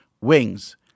Wings